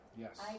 Yes